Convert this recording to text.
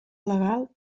legal